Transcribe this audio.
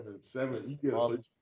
Seven